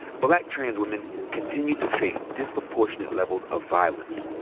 black trans women continue to face disproportionate levels of violence.